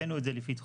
הבאנו את זה לפתחו,